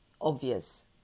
obvious